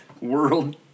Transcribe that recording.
world